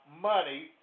money